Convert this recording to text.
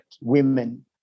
women